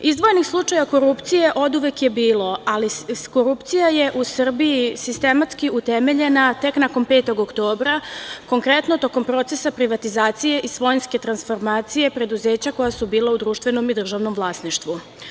Izdvojenih slučajeva korupcije oduvek je bilo, ali korupcija je u Srbiji sistematski utemeljena tek nakon 5. oktobra, konkretno, tokom procesa privatizacije i svojinske transformacije preduzeća koja su bila u društvenom i državnom vlasništvu.